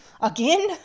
again